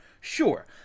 Sure